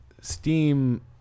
Steam